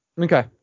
Okay